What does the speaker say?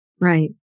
right